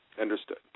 Understood